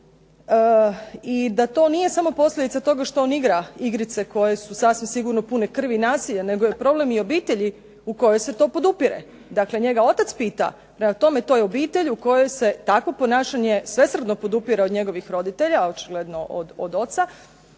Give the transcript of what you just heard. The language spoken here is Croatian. i da to nije samo posljedica toga što on igra igrice koje su sasvim sigurno pune krvi i nasilja nego je problem i obitelji u kojoj se to podupire. Dakle njega otac pita, prema tome to je obitelj u kojoj se takvo ponašanje svesrdno podupire od njegovih roditelja, očigledno od oca.